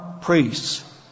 priests